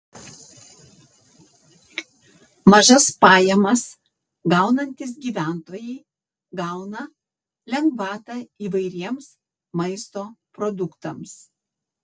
mažas pajamas gaunantys gyventojai gauna lengvatą įvairiems maisto produktams